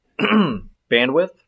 bandwidth